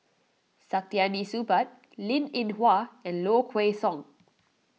Saktiandi Supaat Linn in Hua and Low Kway Song